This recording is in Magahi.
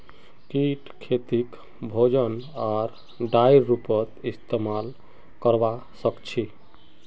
कीट खेतीक भोजन आर डाईर रूपत इस्तेमाल करवा सक्छई